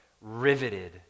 riveted